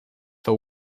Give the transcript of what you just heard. for